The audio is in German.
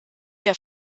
der